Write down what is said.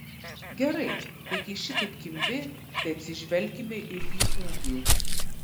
gerai bet jei šitaip kimbi tai atsižvelkime ir į ūgį